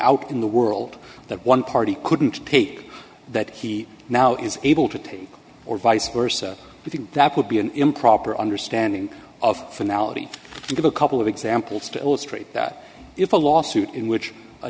out in the world that one party couldn't take that he now is able to take or vice versa i think that would be an improper understanding of finale to give a couple of examples to illustrate that if a lawsuit in which a